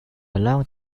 long